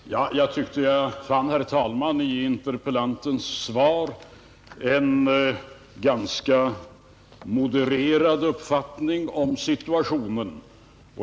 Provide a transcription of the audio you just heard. Herr talman! Jag tyckte att jag i frågeställarens anförande fann en ganska modererad uppfattning om situationen.